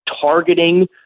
targeting